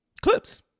Clips